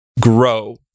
grow